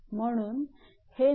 म्हणून हे निगेटिव बाजूस आहे